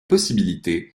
possibilité